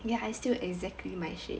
ya still exactly my shade